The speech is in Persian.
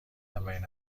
اولین